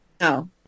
No